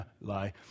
lie